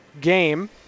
game